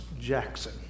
Jackson